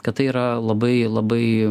kad tai yra labai labai